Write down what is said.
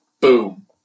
boom